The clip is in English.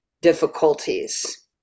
difficulties